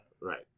Right